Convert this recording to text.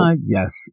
yes